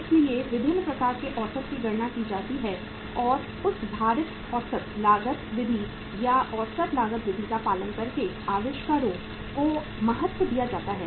इसलिए विभिन्न प्रकार के औसत की गणना की जाती है और उस भारित औसत लागत विधि या औसत लागत विधि का पालन करके आविष्कारों को महत्व दिया जाता है